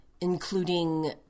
including